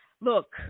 Look